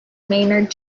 maynard